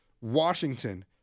Washington